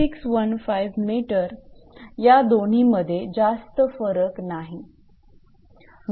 615 𝑚 या दोन्ही मध्ये जास्त फरक नाही